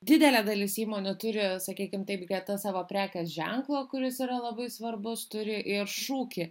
didelė dalis įmonių turi sakykim taip greta savo prekės ženklo kuris yra labai svarbus turi ir šūkį